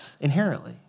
inherently